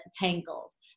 tangles